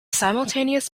simultaneous